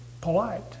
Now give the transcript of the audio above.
polite